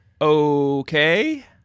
Okay